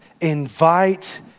invite